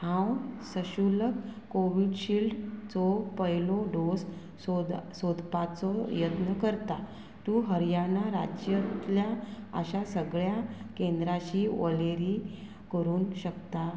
हांव सशुल्क कोविडशिल्डचो पयलो डोस सोद सोदपाचो यत्न करतां तूं हरियाणा राज्यांतल्या अशा सगळ्या केंद्रांची वळेरी करूंक शकता